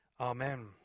Amen